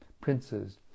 princes